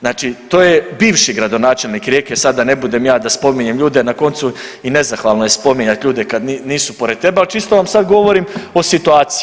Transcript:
Znači to je bivši gradonačelnik Rijeke, sad da ne budem ja da spominjem ljude, na koncu i nezahvalno je spominjat ljude kad nisu pored tebe, al čisto vam sad govorim o situaciji.